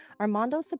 Armando